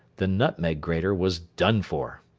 the nutmeg-grater was done for.